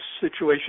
situation